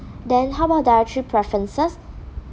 then how about dietary preferences